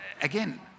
again